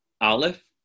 Aleph